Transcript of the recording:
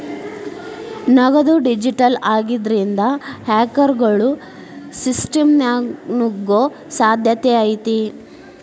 ನಗದು ಡಿಜಿಟಲ್ ಆಗಿದ್ರಿಂದ, ಹ್ಯಾಕರ್ಗೊಳು ಸಿಸ್ಟಮ್ಗ ನುಗ್ಗೊ ಸಾಧ್ಯತೆ ಐತಿ